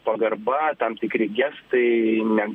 pagarba tam tikri gestai ne